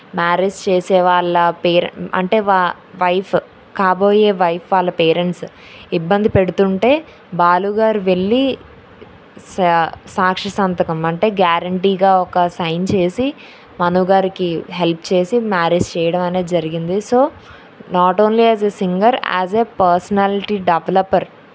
marriage చేసేవాళ్ళ పేరు అంటే వా వైఫ్ కాబోయే వైఫ్ వాళ్ళ పేరెంట్స్ ఇబ్బంది పెడుతుంటే బాలు గారు వెళ్ళి సా సాక్షి సంతకం అంటే గ్యారెంటీగా ఒక సైన్ చేసి మనో గారికి హెల్ప్ చేసి మ్యారేజ్ చేయడం అనేది జరిగింది so not only as a singer as a personality developer